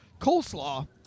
coleslaw